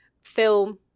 film